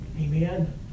Amen